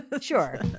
sure